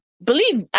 believe